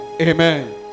Amen